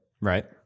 Right